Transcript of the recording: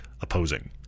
opposing